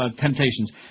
Temptations